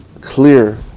clear